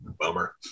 Bummer